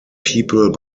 people